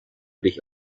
dich